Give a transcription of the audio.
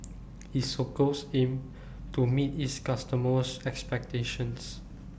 isocals Aim to meet its customers' expectations